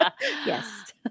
Yes